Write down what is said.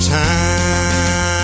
time